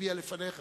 הצביע לפניך,